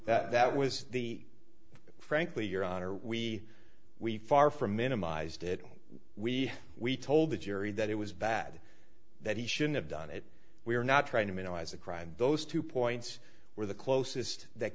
that was the frankly your honor we we far from minimized it and we we told the jury that it was bad that he should have done it we are not trying to minimize the crime those two points were the closest that